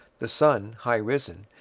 the sun, high risen,